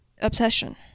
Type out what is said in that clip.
obsession